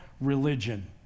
religion